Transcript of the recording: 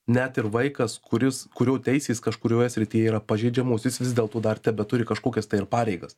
net ir vaikas kuris kurio teisės kažkurioje srityje yra pažeidžiamos jis vis dėlto dar tebeturi kažkokias tai ir pareigas